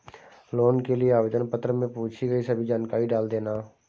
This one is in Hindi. लोन के लिए आवेदन पत्र में पूछी गई सभी जानकारी डाल देना